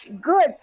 good